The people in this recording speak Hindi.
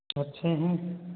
अच्छे हैं